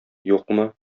юкмы